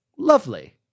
Lovely